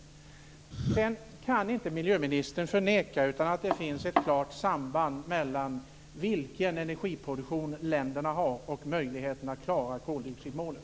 Sedan kan inte miljöministern förneka att det finns ett klart samband mellan vilken energiproduktion länderna har och möjligheterna att klara koldioxidmålet.